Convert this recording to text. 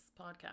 podcast